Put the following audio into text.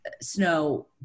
Snow